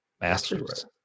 Masters